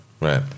right